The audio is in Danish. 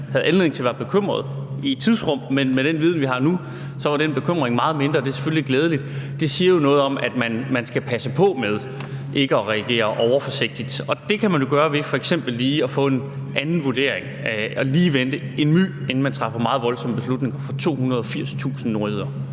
var anledning til at være bekymret på et tidspunkt, men med den viden, vi har nu, har det vist sig, at der var meget mindre grund til at være bekymret, og det er selvfølgelig glædeligt. Det siger noget om, at man skal passe på med at reagere overforsigtigt, og det kan man gøre ved f.eks. lige at få en anden vurdering og lige vente en my, inden man træffer meget voldsomme beslutninger for 280.000 nordjyder.